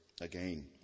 again